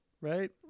Right